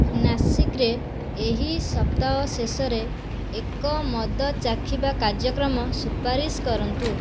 ନାସିକ୍ରେ ଏହି ସପ୍ତାହ ଶେଷରେ ଏକ ମଦ ଚାଖିବା କାର୍ଯ୍ୟକ୍ରମ ସୁପାରିଶ କରନ୍ତୁ